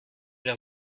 leur